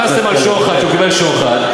רמזתם על שוחד, שהוא קיבל שוחד.